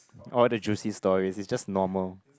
all the juicy stories it's just normal